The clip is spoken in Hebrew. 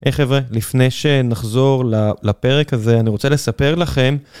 היי חבר'ה, לפני שנחזור לפרק הזה, אני רוצה לספר לכם...